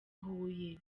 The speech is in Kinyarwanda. huye